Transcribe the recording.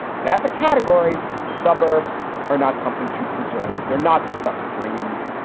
but as a category, the suburbs are not something to preserve. they're not the stuff of dreams.